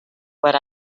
what